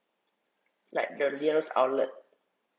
like your nearest outlet